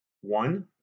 One